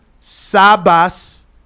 Sabas